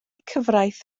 cyfraith